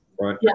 Right